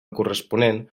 corresponent